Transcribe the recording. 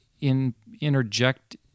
interject